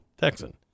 Texan